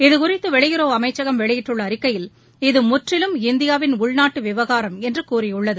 இது குறித்து வெளியுறவு அமைச்சகம் வெளியிட்டுள்ள அறிக்கையில் இது மமற்றிலும் இந்தியாவின் உள்நாட்டு விவகாரம் என்று கூறியுள்ளது